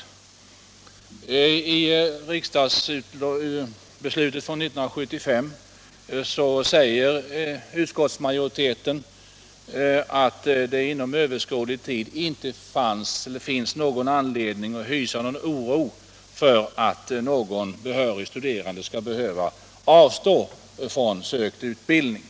I riksdagsbeslutet från 1975 säger utskottsmajoriteten att det inom överskådlig tid inte kommer att finnas någon anledning att hysa oro för att några behöriga studerande skall behöva avstå från sökt utbildning.